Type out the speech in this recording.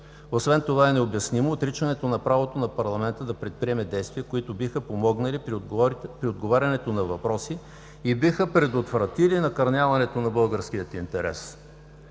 Освен това е необяснимо отричането на правото на парламента да предприема действия, които биха помогнали при отговарянето на въпроси, и биха предотвратили накърняването на българския интерес.